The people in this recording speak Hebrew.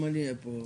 גם אני אהיה פה...